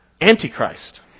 antichrist